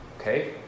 Okay